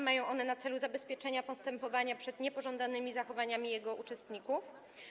Mają one na celu zabezpieczenie postępowania przed niepożądanymi zachowaniami jego uczestników.